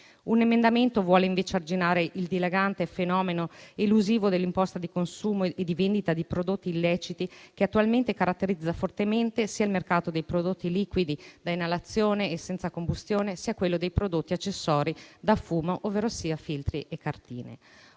Un emendamento vuole invece arginare il dilagante fenomeno elusivo dell'imposta di consumo e di vendita di prodotti illeciti che attualmente caratterizza fortemente sia il mercato dei prodotti liquidi da inalazione e senza combustione, sia quello dei prodotti accessori da fumo, ovverosia filtri e cartine.